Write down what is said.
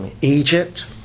Egypt